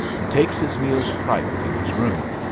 and takes his meals private in his room,